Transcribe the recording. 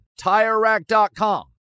TireRack.com